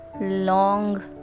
long